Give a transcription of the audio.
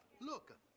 Look